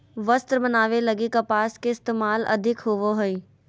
वस्त्र बनावे लगी कपास के इस्तेमाल अधिक होवो हय